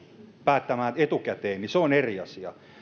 päättämään se etukäteen on eri asia